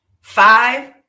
five